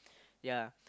ya